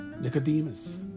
Nicodemus